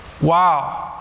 Wow